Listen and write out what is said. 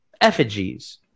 effigies